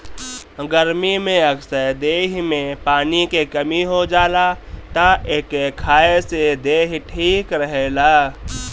गरमी में अक्सर देहि में पानी के कमी हो जाला तअ एके खाए से देहि ठीक रहेला